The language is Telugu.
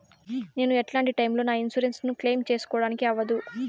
నేను ఎట్లాంటి టైములో నా ఇన్సూరెన్సు ను క్లెయిమ్ సేసుకోవడానికి అవ్వదు?